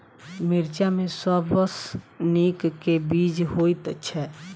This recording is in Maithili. मिर्चा मे सबसँ नीक केँ बीज होइत छै?